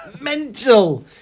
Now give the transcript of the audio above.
Mental